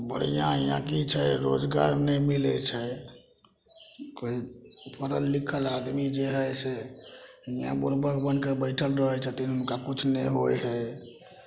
बढ़िआँ यहाँ कि छै रोजगार नहि मिलै छै कोइ पढ़ल लिखल आदमी जे हइ से हिआँ बुड़बक बनिकऽ बैठल रहै छथिन हुनका किछु नहि होइ हइ